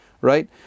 right